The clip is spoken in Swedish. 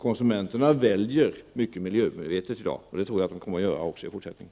Konsumenterna väljer i dag mycket miljömedvetet, och det tror jag att de kommer att göra också i fortsättningen.